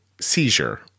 seizure